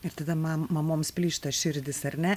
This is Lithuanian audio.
ir tada ma mamoms plyšta širdis ar ne